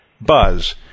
Buzz